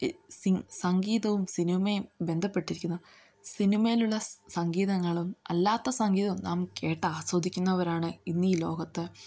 സംഗീതവും സിനിമയും ബന്ധപ്പെട്ടിരിക്കുന്നു സിനിമയിലുള്ള സംഗീതങ്ങളും അല്ലാത്ത സംഗീതവും നാം കേട്ടാസ്വദിക്കുന്നവരാണ് ഇന്നീ ലോകത്ത്